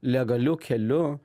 legaliu keliu